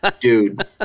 Dude